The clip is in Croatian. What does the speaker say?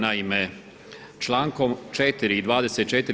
Naime, člankom 4. i 24.